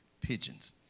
pigeons